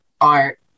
art